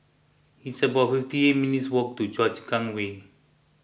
it's about fifty eight minutes' walk to Choa Chu Kang Way